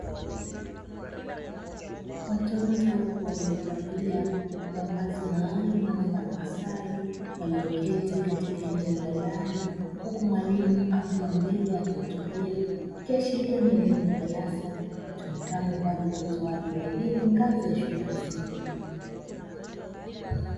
Watoto waliovalia mavazi maalumu mfano wa sare walioketi katika eneo la ndani, huku mwalimu akiwa mbele akihutubia ikiashiria ni eneo la darasa litumiwalo kwa ajili ya utoaji wa elimu ngazi ya shule ya msingi.